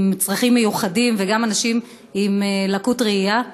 צרכים מיוחדים וגם לאנשים עם לקות ראייה.